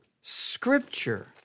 Scripture